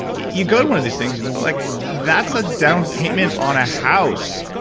you go to one of these things, like that's a down payment on a house.